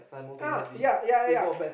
ah ya ya ya ya